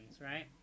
right